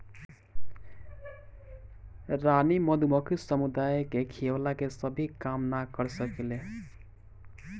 रानी मधुमक्खी समुदाय के खियवला के भी काम ना कर सकेले